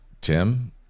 tim